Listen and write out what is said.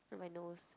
my nose